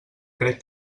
crec